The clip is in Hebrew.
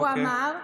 הוא אמר: